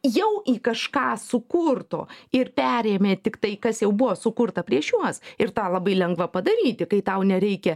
jau į kažką sukurto ir perėmė tik tai kas jau buvo sukurta prieš juos ir tą labai lengva padaryti kai tau nereikia